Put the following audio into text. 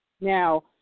Now